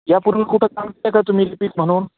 या पूर्वी कुठं काय केलं आहे का तुम्ही लिपीक म्हणून